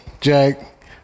Jack